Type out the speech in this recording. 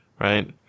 Right